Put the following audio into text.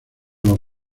los